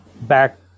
Back